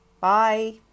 Bye